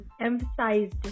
emphasized